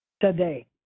today